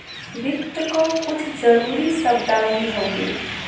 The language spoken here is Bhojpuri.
वित्त क कुछ जरूरी शब्दावली हउवे